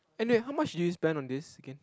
and wait how much did you spend on this again